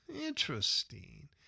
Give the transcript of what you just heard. Interesting